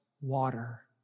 water